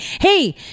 hey